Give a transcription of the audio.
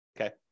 okay